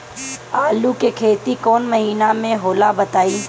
आलू के खेती कौन महीना में होला बताई?